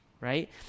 right